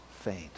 faint